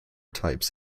types